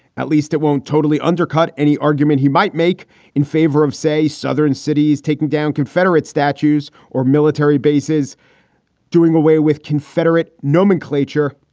at least it won't totally undercut any argument he might make in favor of, say, southern cities taking down confederate statues or military bases doing away with confederate nomenclature